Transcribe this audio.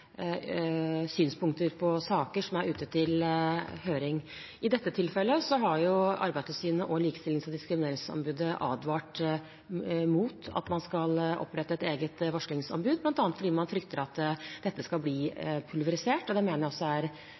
er ute til høring. I dette tilfellet har Arbeidstilsynet og likestillings- og diskrimineringsombudet advart mot å opprette et eget varslingsombud, bl.a. fordi man frykter at ansvaret skal bli pulverisert. Det mener jeg også